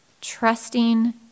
Trusting